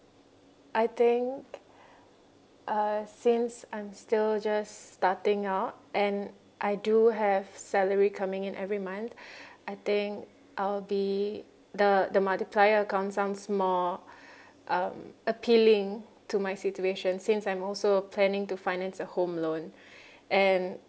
I think uh since I'm still just starting out and I do have salary coming in every month I think I'll be the the multiplier account sounds more um appealing to my situation since I'm also planning to finance a home loan and